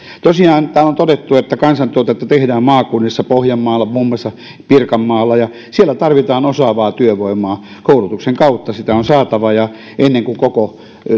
tosiaan täällä on todettu että kansantuotetta tehdään maakunnissa pohjanmaalla muun muassa ja pirkanmaalla ja siellä tarvitaan osaavaa työvoimaa koulutuksen kautta sitä on saatava ja ennen kuin koko